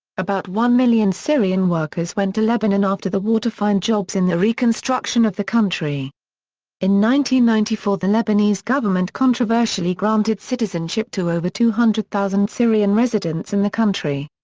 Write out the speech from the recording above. about one million syrian workers went to lebanon after the war to find jobs in the reconstruction of the country ninety ninety four the lebanese government controversially granted citizenship to over two hundred thousand syrian residents in the country.